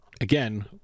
again